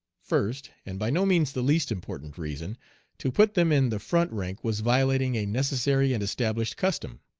first and by no means the least important reason to put them in the front rank was violating a necessary and established custom.